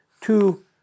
two